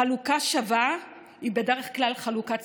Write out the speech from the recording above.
חלוקה שווה היא בדרך כלל חלוקה צודקת,